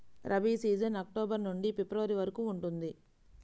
rabi season October నుండి February వరకు ఉంటుంది